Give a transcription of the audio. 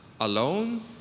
alone